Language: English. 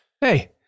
hey